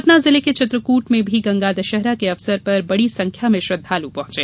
सतना जिले के चित्रकूट में भी गंगा दशहरा के अवसर पर बड़ी संख्या में श्रद्धाल् पहुंचे